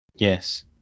yes